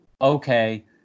okay